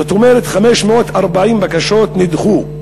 זאת אומרת 540 בקשות נדחו.